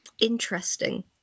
interesting